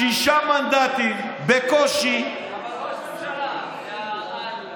שישה מנדטים בקושי, אבל ראש ממשלה, יא אללה.